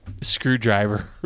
screwdriver